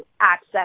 access